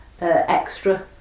extra